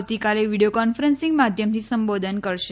આવતીકાલે video conferencing માધ્યમથી સંબોધન કરશે